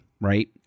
right